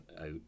out